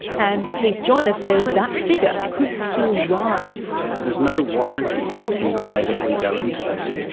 and keith joiner says that figure could still rise. there's no warranties in the way that we go into this.